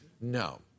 No